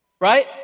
Right